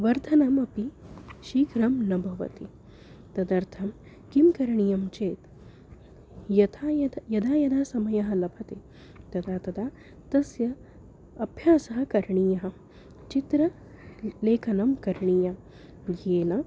वर्धनमपि शीघ्रं न भवति तदर्थं किं करणीयं चेत् यथा यदा यदा यदा समयः लभते तदा तदा तस्य अभ्यासः करणीयः चित्रलेखनं करणीयं येन